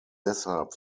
deshalb